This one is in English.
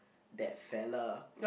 that fellow